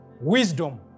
wisdom